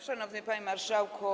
Szanowny Panie Marszałku!